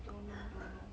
don't know don't know